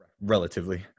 relatively